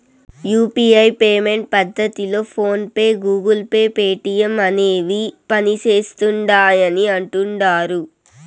UPI payment పద్దతిలో PhonePe, Google Pay, Paytm అనేవి పనిసేస్తిండాయని అంటుడారు